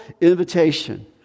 invitation